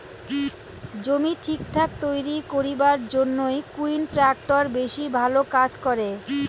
জমি ঠিকঠাক তৈরি করিবার জইন্যে কুন ট্রাক্টর বেশি ভালো কাজ করে?